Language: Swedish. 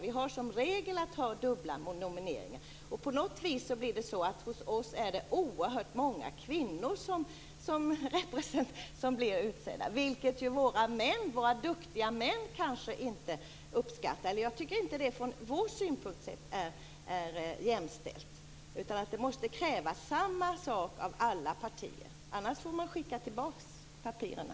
Vi har som regel att göra dubbla nomineringar. Hos oss blir oerhört många kvinnor utsedda, vilket våra duktiga män kanske inte uppskattar. Jag tycker inte att det är jämställt från vår synpunkt sett. Det måste krävas samma sak av alla partier, annars får man skicka tillbaks papperna.